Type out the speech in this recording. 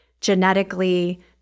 genetically